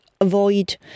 avoid